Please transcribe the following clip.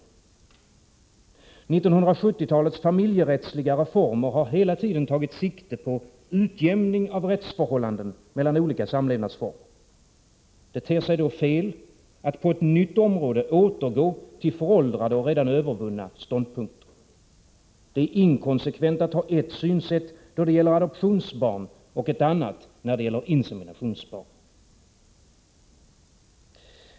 1970-talets familjerättsliga reformer har hela tiden tagit sikte på utjämning av rättsförhållanden mellan olika samlevnadsformer. Det ter sig då fel att på ett nytt område återgå till föråldrade och redan övervunna ståndpunkter. Det är inkonsekvent att ha ett synsätt då det gäller adoptionsbarn och ett annat när det gäller inseminationsbarn.